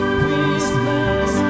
christmas